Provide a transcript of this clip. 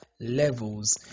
levels